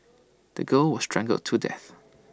the girl was strangled to death